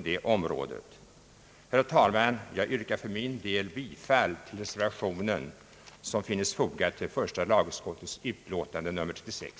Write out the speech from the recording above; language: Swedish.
dessa områden. Herr talman! Jag yrkar bifall till reservationen 1 vid första lagutskottets utlåtande nr 36.